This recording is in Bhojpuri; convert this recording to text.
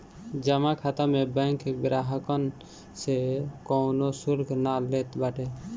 जमा खाता में बैंक ग्राहकन से कवनो शुल्क ना लेत बाटे